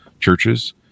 churches